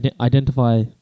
identify